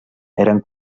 eren